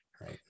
right